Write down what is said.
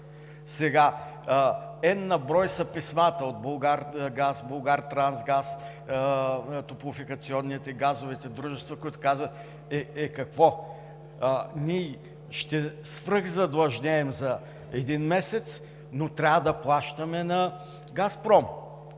N на брой са писмата от Булгаргаз, Булгартрансгаз, топлофикационните и газовите дружества, които казват: „Е, какво? Ние ще свръхзадлъжнеем за един месец, но трябва да плащаме на Газпром.